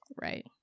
Right